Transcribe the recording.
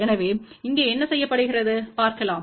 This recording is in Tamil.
எனவே இங்கே என்ன செய்யப்படுகிறது பார்க்கலாம்